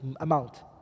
amount